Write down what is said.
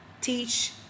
Teach